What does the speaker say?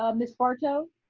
ah ms. barto,